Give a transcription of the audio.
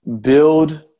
build